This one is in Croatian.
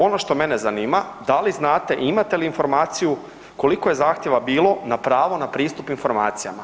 Ono što mene zanima, da li znate i imate li informaciju koliko je zahtijeva bilo na pravo na pristup informacijama?